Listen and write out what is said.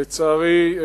לצערי,